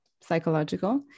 psychological